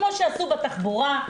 כמו שעשו בתחבורה,